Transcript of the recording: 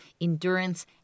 endurance